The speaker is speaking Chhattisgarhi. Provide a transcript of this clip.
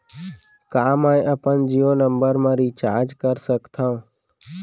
का मैं अपन जीयो नंबर म रिचार्ज कर सकथव?